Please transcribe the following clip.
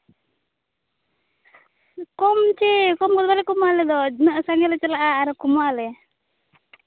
ᱠᱚᱢ ᱪᱮ ᱠᱚᱢ ᱫᱚ ᱵᱟᱞᱮ ᱠᱚᱢᱟ ᱟᱞᱮ ᱫᱚ ᱩᱱᱟᱹᱜ ᱥᱟᱸᱜᱮ ᱞᱮ ᱪᱟᱞᱟᱜᱼᱟ ᱟᱨᱚ ᱠᱚᱢᱚᱜᱼᱟᱞᱮ